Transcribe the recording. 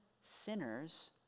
sinners